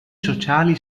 sociali